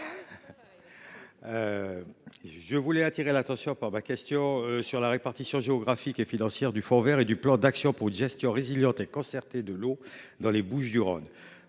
Je souhaite attirer l’attention du Gouvernement sur la répartition géographique et financière du fonds vert et du plan d’action pour une gestion résiliente et concertée de l’eau dans les Bouches-du-Rhône.